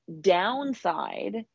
downside